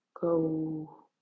go